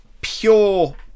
pure